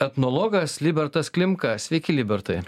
etnologas libertas klimka sveiki libertai